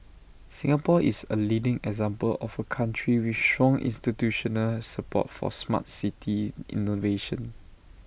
Singapore is A leading example of A country with strong institutional support for Smart City innovation